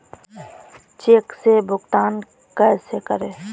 Check से भुगतान कैसे करें?